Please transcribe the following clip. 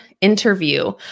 interview